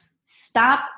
Stop